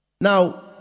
Now